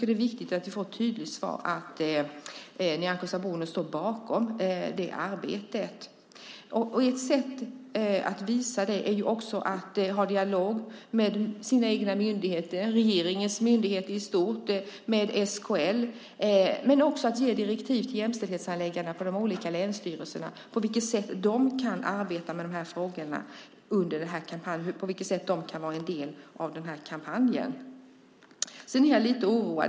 Det är viktigt att få ett tydligt svar på att Nyamko Sabuni står bakom arbetet. Ett sätt att visa detta är att ha en dialog med regeringens myndigheter och SKL. Men det är också fråga om att ge direktiv till jämställdhetshandläggarna på de olika länsstyrelserna på vilket sätt de kan arbeta med frågorna under kampanjen och vara en del av kampanjen. Jag är lite oroad.